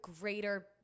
greater